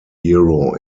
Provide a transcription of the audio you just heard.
hero